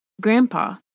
grandpa